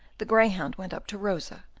the greyhound went up to rosa,